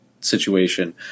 situation